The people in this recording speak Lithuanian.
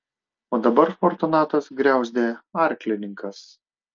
o dabar fortunatas griauzdė arklininkas